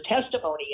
testimony